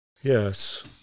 Yes